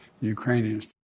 Ukrainians